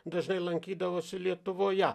dažnai lankydavosi lietuvoje